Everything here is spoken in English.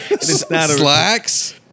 Slacks